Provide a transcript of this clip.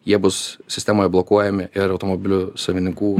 jie bus sistemoje blokuojami ir automobilių savininkų